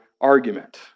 argument